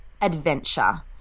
Adventure